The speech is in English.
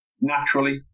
naturally